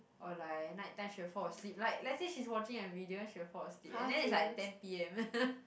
or like night time she will fall asleep like let's say she's watching a video then she will fall asleep and then it's like ten P_M